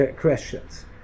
questions